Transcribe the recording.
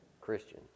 Christian